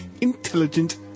Intelligent